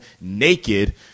naked